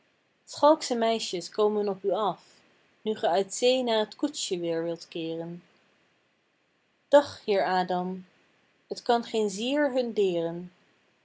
schalksche meisjes komen op u af nu ge uit zee naar t koetsje weer wilt keeren dag heer adam t kan geen zier hun deeren